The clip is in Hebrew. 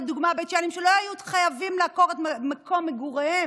לדוגמה בית שאנים שלא היו חייבים להעתיק את מקום מגוריהם